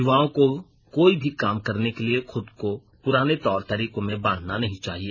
युवाओं को कोई भी काम करने के लिए खुद को पुराने तौर तरीकों में बांधना नहीं चाहिए